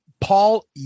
Paul